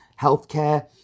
healthcare